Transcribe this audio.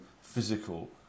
physical